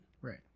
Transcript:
Right